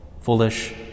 foolish